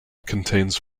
contains